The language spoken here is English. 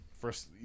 first